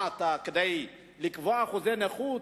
מה, אתה, כדי לקבוע אחוזי נכות,